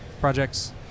projects